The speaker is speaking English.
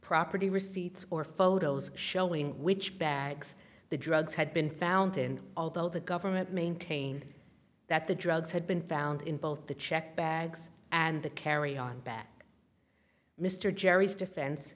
property receipts or photos showing which bags the drugs had been found in although the government maintained that the drugs had been found in both the checked bags and the carry on bag mr jerry's defense